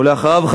ואחריו,